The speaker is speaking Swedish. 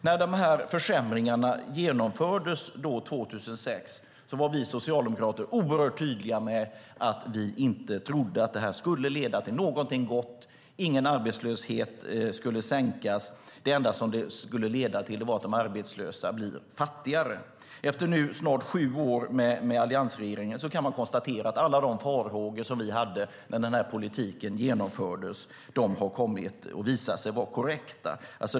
När försämringarna genomfördes 2006 var vi socialdemokrater oerhört tydliga med att vi inte trodde att det skulle leda till någonting gott, ingen arbetslöshet skulle sänkas. Det enda det skulle leda till var att de arbetslösa blev fattigare. Efter snart sju år med alliansregeringen kan vi konstatera att alla de farhågor vi hade när den politiken genomfördes har visat sig vara korrekta.